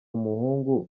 umuhungu